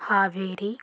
Haveri